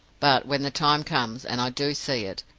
but when the time comes, and i do see it,